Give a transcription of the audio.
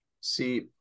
See